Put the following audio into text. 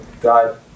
God